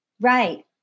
Right